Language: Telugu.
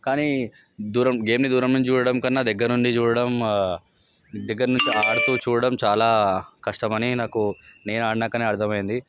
కానీ దూరం కెళ్ళి చూడడం కన్నా దగ్గర్నుంచి చూడడం దగ్గర్నుంచి ఆడుతూ చూడడం చాలా కష్టమని నేను ఆడినాకే అర్థమైంది